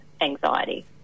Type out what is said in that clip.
anxiety